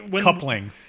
coupling